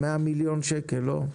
100 מיליון שקל לא?